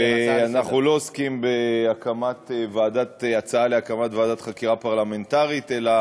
ואנחנו לא עוסקים בהצעה להקמת ועדת חקירה פרלמנטרית אלא